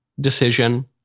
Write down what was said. decision